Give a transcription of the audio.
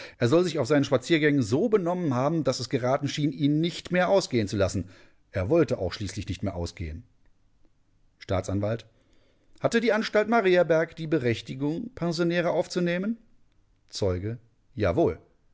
er soll sich auf seinen spaziergängen so benommen haben daß es geraten schien ihn nicht mehr ausgehen zu lassen er wollte auch schließlich nicht mehr ausgehen staatsanw hatte die anstalt mariaberg die berechtigung pensionäre aufzunehmen zeuge jawohl